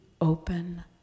open